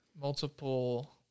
multiple